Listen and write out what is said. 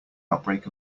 outbreak